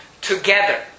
together